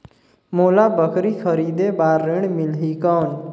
मोला बकरी खरीदे बार ऋण मिलही कौन?